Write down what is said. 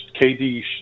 KD